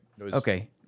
Okay